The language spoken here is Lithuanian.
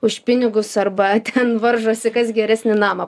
už pinigus arba ten varžosi kas geresnį namą